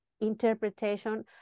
interpretation